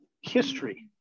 history